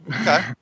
Okay